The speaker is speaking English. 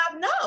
no